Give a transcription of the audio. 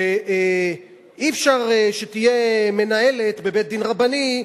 שאי-אפשר שתהיה מנהלת בבית-דין רבני,